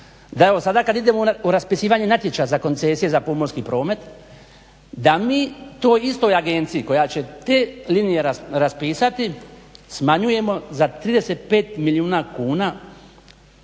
sada kada idemo u raspisivanje natječaja za koncesije za pomorski promet, da mi toj istoj agenciji koja će te linije raspisati smanjujemo za 35 milijuna kuna